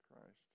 Christ